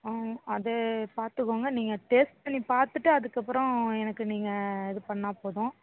ஆ அதை பாத்துக்கங்க நீங்கள் டேஸ்ட் பண்ணி பார்த்துட்டு அதுக்கப்புறம் எனக்கு நீங்கள் இது பண்ணால் போதும்